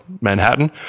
Manhattan